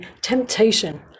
temptation